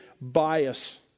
bias